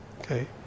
okay